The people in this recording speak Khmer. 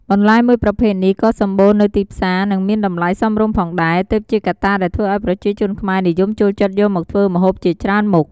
បន្លែមួយប្រភេទនេះក៏សម្បូរនៅទីផ្សារ និងមានតម្លៃសមរម្យផងដែរ ទើបជាកត្តាដែលធ្វើឱ្យប្រជាជនខ្មែរនិយមចូលចិត្តយកមកធ្វើម្ហូបជាច្រើនមុខ។